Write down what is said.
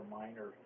minor